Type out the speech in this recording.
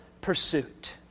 pursuit